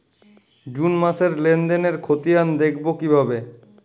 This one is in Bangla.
জুন মাসের লেনদেনের খতিয়ান দেখবো কিভাবে?